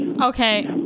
okay